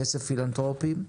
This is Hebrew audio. כסף פילנתרופים.